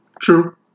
True